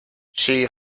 she